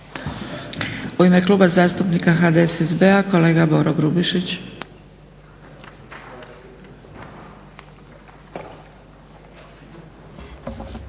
U ime Kluba zastupnika HDSSB-a kolega Boro Grubišić.